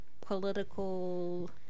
political